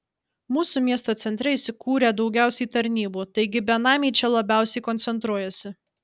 mūsų miesto centre įsikūrę daugiausiai tarnybų taigi benamiai čia labiausiai koncentruojasi